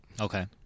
Okay